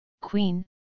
Queen